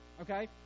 okay